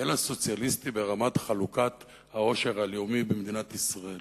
אלא סוציאליסטי ברמת חלוקת העושר הלאומי במדינת ישראל.